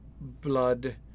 blood